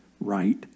right